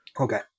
Okay